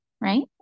right